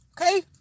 Okay